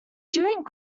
during